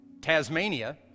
Tasmania